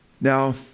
Now